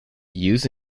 use